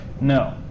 no